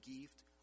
gift